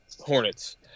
Hornets